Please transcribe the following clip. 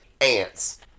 ants